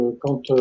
quand